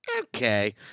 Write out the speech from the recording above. okay